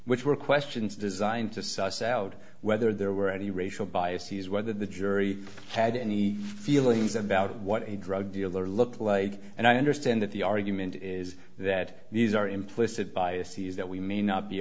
which were questions designed to suss out whether there were any racial biases whether the jury had any feelings about what a drug dealer looked like and i understand that the argument is that these are implicit biases that we may not be